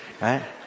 right